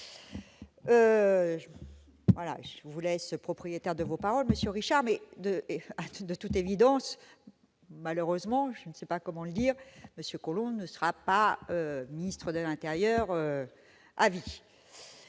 voulait ce propriétaire de vos paroles Monsieur Richard de de toute évidence, malheureusement, je ne sais pas comment lire monsieur Collomb ne sera pas ministre de l'Intérieur Habib